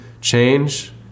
change